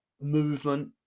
movement